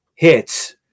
hits